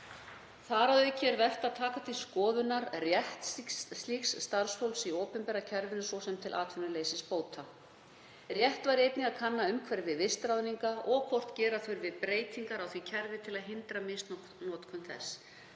Að auki er vert að taka til skoðunar rétt slíks starfsfólks í opinbera kerfinu, svo sem til atvinnuleysisbóta. Rétt væri einnig að kanna umhverfi vistráðninga og hvort gera þurfi breytingar á því kerfi til að hindra misnotkun þess.